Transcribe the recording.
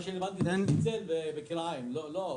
מה שרלוונטי זה השניצל וכרעיים, לא העוף.